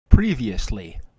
Previously